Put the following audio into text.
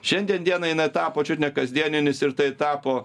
šiandien dienai jinai tapo čiut nekasdieninis ir tai tapo